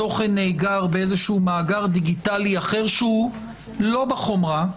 התוכן נאגר באיזשהו מאגר דיגיטלי אחר שהוא לא בחומרה,